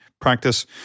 practice